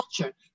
culture